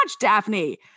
Daphne